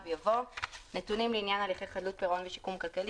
יבוא: "(ב) נתונים לעניין הליכי חדלות פירעון ושיקום כלכלי